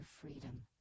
freedom